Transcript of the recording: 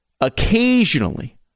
occasionally